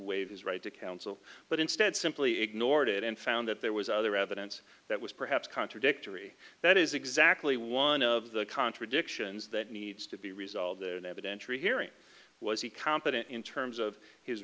waive his right to counsel but instead simply ignored it and found that there was other evidence that was perhaps contradictory that is exactly one of the contradictions that needs to be resolved in an evidentiary hearing was he competent in terms of his